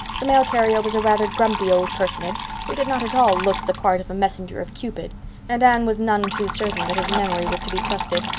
the mail carrier was a rather grumpy old personage who did not at all look the part of a messenger of cupid and anne was none too certain that his memory was to be trusted.